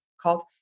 called